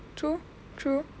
true true